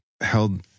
held